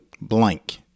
blank